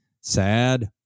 sad